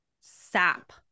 sap